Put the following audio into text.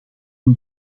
een